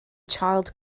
child